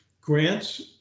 grants